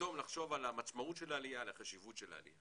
פתאום לחשוב על המשמעות של העלייה והחשיבות שלה.